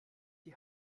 die